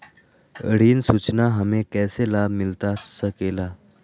ऋण सूचना हमें कैसे लाभ मिलता सके ला?